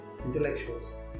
intellectuals